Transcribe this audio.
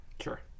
Sure